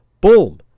boom